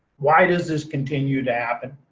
why does this continue to happen?